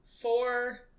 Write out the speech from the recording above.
four